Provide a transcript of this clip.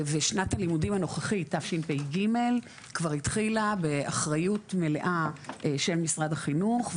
שנת הלימודים הנוכחית תשפ"ג כבר התחילה באחריות מלאה של משרד החינוך.